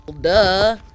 Duh